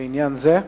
עניין זה.